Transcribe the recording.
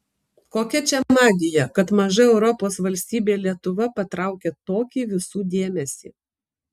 kokia čia magija kad maža europos valstybė lietuva patraukia tokį visų dėmesį